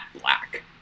black